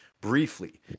briefly